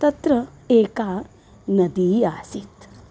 तत्र एका नदी आसीत्